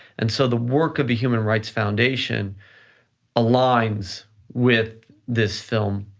and so the work of the human rights foundation aligns with this film,